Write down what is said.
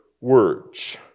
words